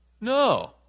No